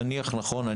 תניח נכון,